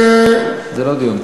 זה לא דיון.